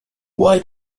why